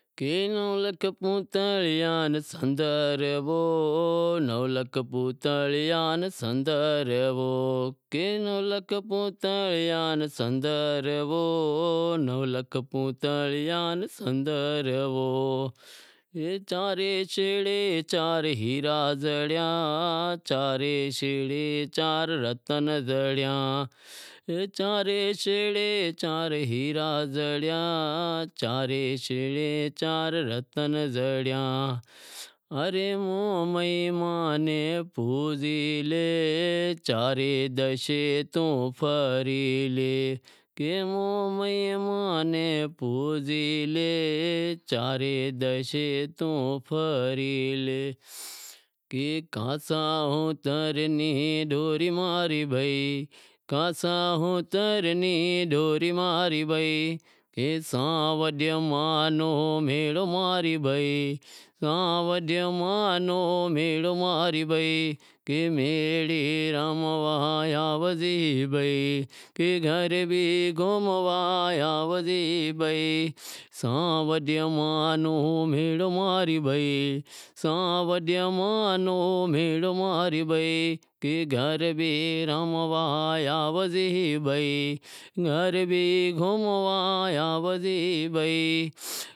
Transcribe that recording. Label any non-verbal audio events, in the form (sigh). (unintelligible)